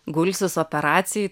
gulsis operacijai